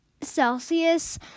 Celsius